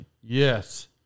yes